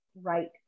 right